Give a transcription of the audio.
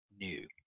new